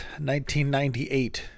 1998